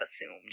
assumed